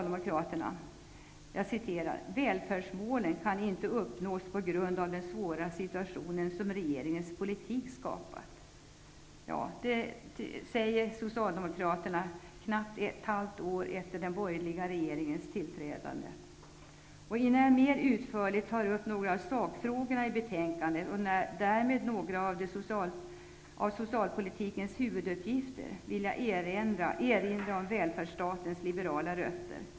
Där står det att ''välfärdsmålen inte uppnås på grund av den svåra situation som regeringens politik skapat''. Detta säger Socialdemokraterna när knappt ett halvt år gått sedan den borgerliga regeringen tillträdde. Innan jag mera utförligt går in på några av sakfrågorna i betänkandet och därmed några av socialpolitikens huvuduppgifter vill jag erinra om välfärdsstatens liberala rötter.